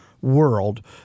world